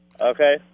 Okay